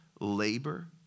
labor